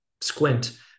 squint